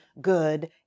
good